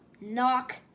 knock